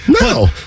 No